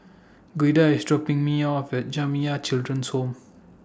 Gilda IS dropping Me off At Jamiyah Children's Home